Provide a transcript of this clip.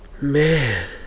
Man